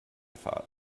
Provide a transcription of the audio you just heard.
thought